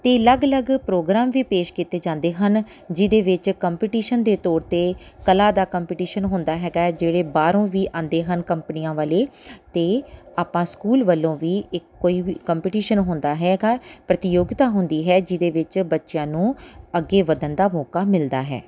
ਅਤੇ ਅਲੱਗ ਅਲੱਗ ਪ੍ਰੋਗਰਾਮ ਵੀ ਪੇਸ਼ ਕੀਤੇ ਜਾਂਦੇ ਹਨ ਜਿਹਦੇ ਵਿੱਚ ਕੰਪੀਟੀਸ਼ਨ ਦੇ ਤੋਰ 'ਤੇ ਕਲਾ ਦਾ ਕੰਪੀਟੀਸ਼ਨ ਹੁੰਦਾ ਹੈਗਾ ਜਿਹੜੇ ਬਾਹਰੋਂ ਵੀ ਆਉਂਦੇ ਹਨ ਕੰਪਨੀਆਂ ਵਾਲੇ ਅਤੇ ਆਪਾਂ ਸਕੂਲ ਵੱਲੋਂ ਵੀ ਇੱਕ ਕੋਈ ਵੀ ਕੰਪੀਟੀਸ਼ਨ ਹੁੰਦਾ ਹੈਗਾ ਪ੍ਰਤੀਯੋਗਤਾ ਹੁੰਦੀ ਹੈ ਜਿਹਦੇ ਵਿੱਚ ਬੱਚਿਆਂ ਨੂੰ ਅੱਗੇ ਵਧਣ ਦਾ ਮੌਕਾ ਮਿਲਦਾ ਹੈ